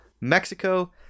Mexico